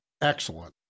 excellent